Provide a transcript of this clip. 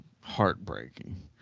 Heartbreaking